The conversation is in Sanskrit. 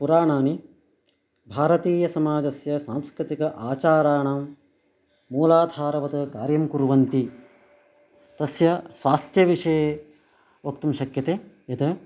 पुराणानि भारतीयसमाजस्य सांस्कृतिक आचाराणां मूलाधारवत् कार्यं कुर्वन्ति तस्य स्वास्थ्यविषये वक्तुं शक्यते यत्